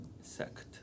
sect